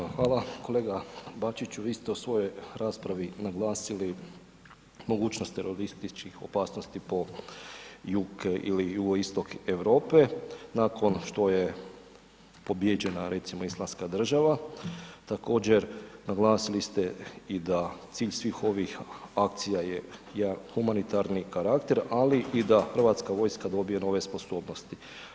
Evo hvala, kolega Bačiću vi ste u svojoj raspravi naglasili mogućnost terorističkih opasnosti po jug ili jugoistok Europe nakon što je pobijeđena recimo Islamska država, također naglasili ste i da cilj svih ovih akcija je jedan humanitarni karakter, ali i da Hrvatska vojska dobije nove sposobnosti.